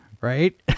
right